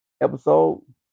episode